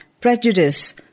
prejudice